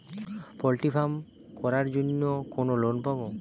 Poultry farm করার জন্য কোন লোন পাব?